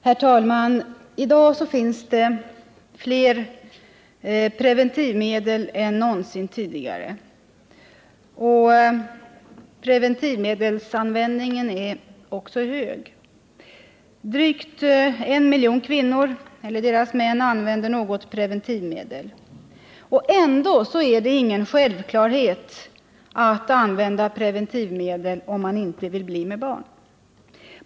Herr talman! I dag finns det fler preventivmedel än någonsin tidigare, och preventivmedelsanvändningen är också hög. Drygt 1 miljon kvinnor eller deras män använder något preventivmedel. Ändå är det ingen självklarhet att använda preventivmedel om man inte vill bli med barn.